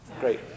Great